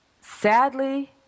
sadly